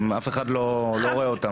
אף אחד לא רואה אותם.